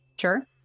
sure